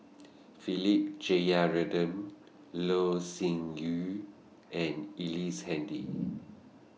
Philip Jeyaretnam Loh Sin Yun and Ellice Handy